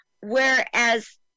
whereas